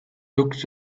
looked